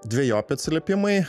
dvejopi atsiliepimai